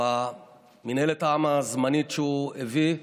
מינהלת העם הזמנית שהוא הביא,